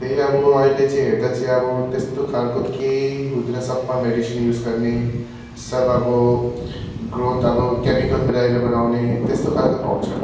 त्यही अब अहिले चाहिँ हेर्दा चाहिँ अब त्यस्तो खालको केही हुँदैन सबमा मेडिसिन् युज गर्ने सब अब ग्रोथ अब केमिकल मिलाएर बनाउने त्यस्तो खालको पाउँछ